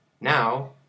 Now